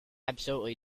absolutely